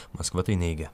maskva tai neigia